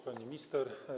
Pani Minister!